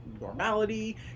normality